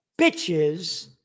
bitches